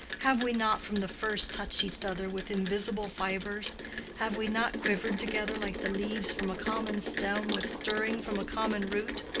have we not from the first touched each other with invisible fibres have we not quivered together like the leaves from a common stem with stirring from a common root?